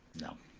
no.